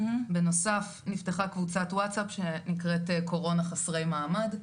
בנוסף נפתחה קבוצת ווצאפ שנקראת "קורונה חסרי מעמד".